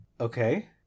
Okay